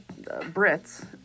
brits